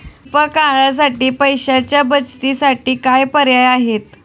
अल्प काळासाठी पैशाच्या बचतीसाठी काय पर्याय आहेत?